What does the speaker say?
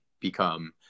become